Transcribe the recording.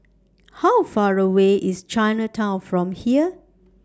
How Far away IS Chinatown from here